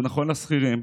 זה נכון לשכירים,